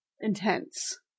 intense